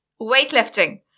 weightlifting